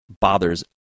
bothers